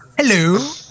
Hello